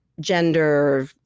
gender